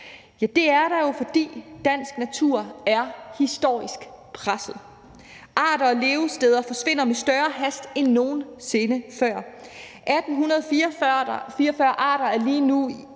Det er der jo, fordi dansk natur er historisk presset. Arter og levesteder forsvinder med større hast end nogen sinde før. 1.844 arter er lige nu